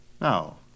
Now